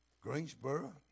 Greensboro